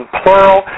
plural